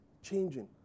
changing